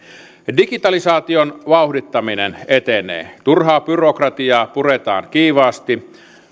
digitalisaation vauhdittaminen etenee turhaa byrokratiaa puretaan kiivaasti